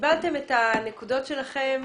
קיבלתם את הנקודות שלכם.